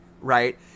right